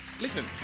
Listen